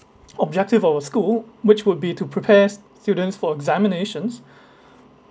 objective of a school which would be to prepares students for examinations